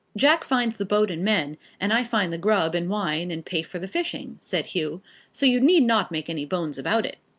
jack finds the boat and men, and i find the grub and wine and pay for the fishing, said hugh so you need not make any bones about it.